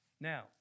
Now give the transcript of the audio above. Now